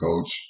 coach